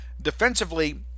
defensively